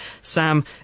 Sam